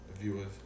viewers